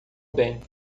bem